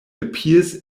appears